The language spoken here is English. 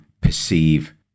perceive